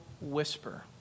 whisper